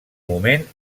moment